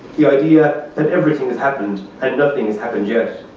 the idea that everything has happened and nothing has happened yet,